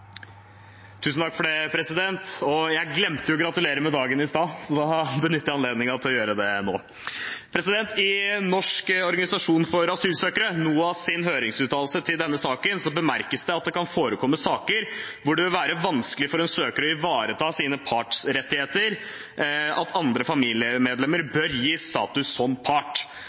jeg anledningen til å gjøre det nå. I Norsk organisasjon for asylsøkeres, NOAS’, høringsuttalelse til denne saken bemerkes det at det kan forekomme saker hvor det vil være vanskelig for en søker å ivareta sine partsrettigheter, og at andre familiemedlemmer bør gis status som part.